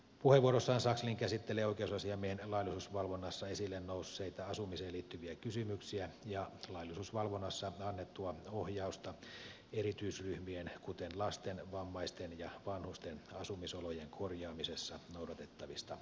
puheenvuorossaan sakslin käsittelee oikeusasiamiehen laillisuusvalvonnassa esille nousseita asumiseen liittyviä kysymyksiä ja laillisuusvalvonnassa annettua ohjausta erityisryhmien kuten lasten vammaisten ja vanhusten asumis olojen korjaamisessa noudatettavista periaatteista